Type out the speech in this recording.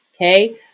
Okay